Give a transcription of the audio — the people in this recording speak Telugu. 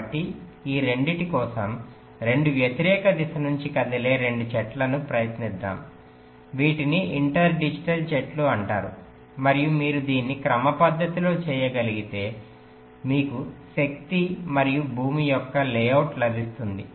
కాబట్టి ఈ రెండింటి కోసం రెండు వ్యతిరేక దిశ నుండి కదిలే రెండు చెట్లను ప్రయత్నిద్దాం వీటిని ఇంటర్ డిజిట్ చెట్లు అంటారు మరియు మీరు దీన్ని క్రమపద్ధతిలో చేయగలిగితే మీకు శక్తి మరియు భూమి యొక్క లేఅవుట్ లభిస్తుంది